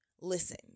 listen